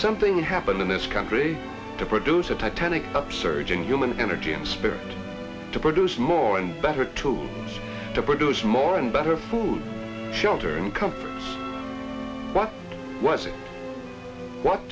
something happened in this country to produce a titanic upsurge in human energy and spirit to produce more and better tools to produce more and better food shelter income what was it what